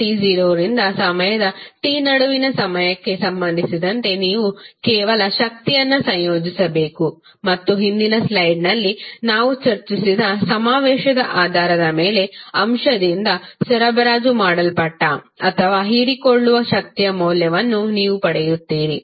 t0 ರಿಂದ ಸಮಯದ t ನಡುವಿನ ಸಮಯಕ್ಕೆ ಸಂಬಂಧಿಸಿದಂತೆ ನೀವು ಕೇವಲ ಶಕ್ತಿಯನ್ನು ಸಂಯೋಜಿಸಬೇಕು ಮತ್ತು ಹಿಂದಿನ ಸ್ಲೈಡ್ನಲ್ಲಿ ನಾವು ಚರ್ಚಿಸಿದ ಸಮಾವೇಶದ ಆಧಾರದ ಮೇಲೆ ಅಂಶದಿಂದ ಸರಬರಾಜು ಮಾಡಲ್ಪಟ್ಟ ಅಥವಾ ಹೀರಿಕೊಳ್ಳುವ ಶಕ್ತಿಯ ಮೌಲ್ಯವನ್ನು ನೀವು ಪಡೆಯುತ್ತೀರಿ